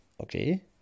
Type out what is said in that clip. Okay